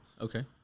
okay